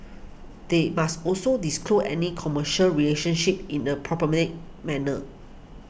they must also disclose any commercial relationships in a prominent manner